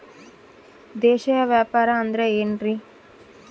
ದೇಶೇಯ ವ್ಯಾಪಾರ ಅಂದ್ರೆ ಏನ್ರಿ?